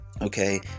okay